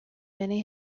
many